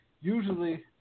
usually